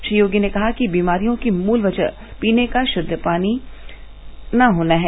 श्री योगी ने कहा कि बीमारियों की मूल वजह पीने का षुद्ध पानी है